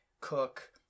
cook